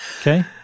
Okay